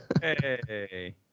Hey